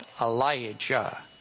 Elijah